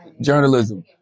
Journalism